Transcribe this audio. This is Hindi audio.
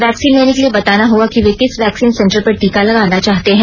वैक्सीन लेने के लिए बताना होगा कि वे किस वैक्सीन सेंटर पर टीका लगाना चाहते हैं